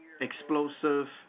explosive